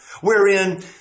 wherein